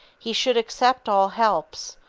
he should accept all helps,